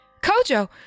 Kojo